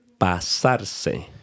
Pasarse